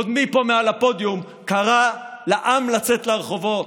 קודמי פה מעל הפודיום קרא לעם לצאת לרחובות.